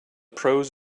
pros